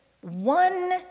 one